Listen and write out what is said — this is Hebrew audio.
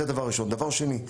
דבר שני,